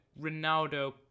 Ronaldo